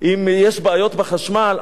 אם יש בעיות בחשמל,